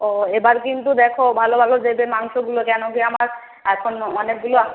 ও এবার কিন্তু দেখো ভালো ভালো দেবে মাংসগুলো কেন কি আমার এখনও অনেকগুলো